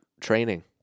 training